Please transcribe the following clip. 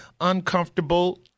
uncomfortable